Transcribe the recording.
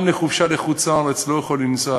גם לחופשה בחוץ-לארץ הם לא יוכלו לנסוע